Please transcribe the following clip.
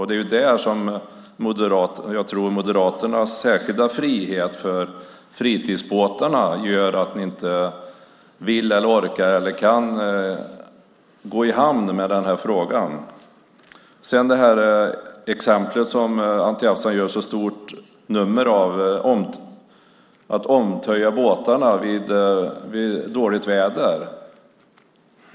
Det är där som jag tror att Moderaternas särskilda frihet för fritidsbåtarna gör att de inte vill, orkar eller kan gå i hamn med denna fråga. Anti Avsan gör ett stort nummer av exemplet med omförtöjande av båtar vid dåligt väder.